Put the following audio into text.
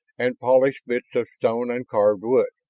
and polished bits of stone and carved wood.